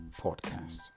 podcast